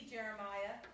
Jeremiah